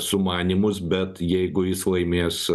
sumanymus bet jeigu jis laimės